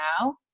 now